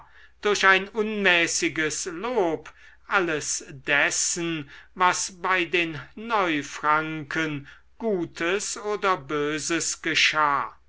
durch ein unmäßiges lob alles dessen was bei den neufranken gutes oder böses geschah